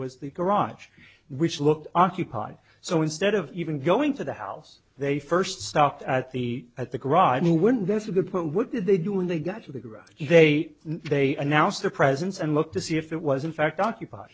was the garage which looked occupied so instead of even going to the house they first stopped at the at the garage and he went that's a good point what did they do when they got to the garage they knew they announce their presence and look to see if it was in fact occupied